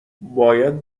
باید